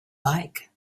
bike